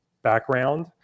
background